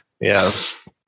yes